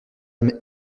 madame